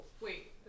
Wait